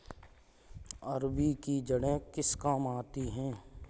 अरबी की जड़ें किस काम आती हैं?